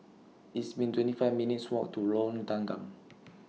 It's been twenty five minutes' Walk to Lorong Tanggam